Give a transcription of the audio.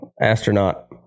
astronaut